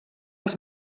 els